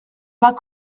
pas